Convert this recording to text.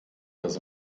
das